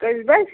کٔژ بجہِ